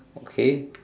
okay